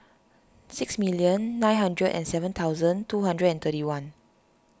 six million nine hundred and seven thousand two hundred and thirty one